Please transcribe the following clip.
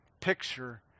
picture